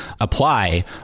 apply